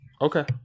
Okay